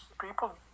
people